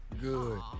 Good